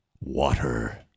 Water